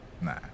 nah